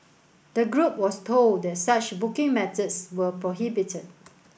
the group was told that such booking methods were prohibited